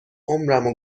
عمرمو